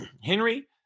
Henry